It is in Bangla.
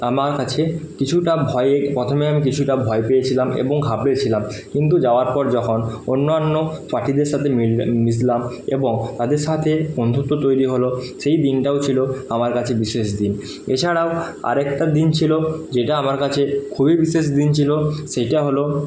আমার কাছে কিছুটা ভয়ের প্রথমে আমি কিছুটা ভয় পেয়েছিলাম এবং ঘাবড়ে ছিলাম কিন্তু যাওয়ার পর যখন অন্যান্য পাঠীদের সঙ্গে মিশলাম এবং তাদের সাথে বন্ধুত্ব তৈরি হলো সেই দিনটাও ছিল আমার কাছে বিশেষ দিন এছাড়াও আরেকটা দিন ছিল যেটা আমার কাছে খুবই বিশেষ দিন ছিল সেইটা হলো